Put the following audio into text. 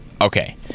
Okay